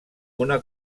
una